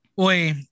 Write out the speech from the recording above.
Oi